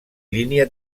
línia